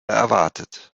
erwartet